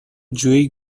جویی